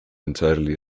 entirely